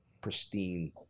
pristine